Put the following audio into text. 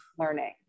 Learning